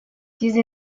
diese